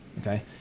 okay